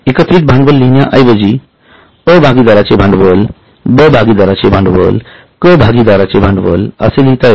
एकत्रित भांडवल लिहीण्याऐवजी अ भागीदाराचे भांडवल ब भागीदाराचे भांडवल क भागीदाराचे भांडवल असे लिहता येते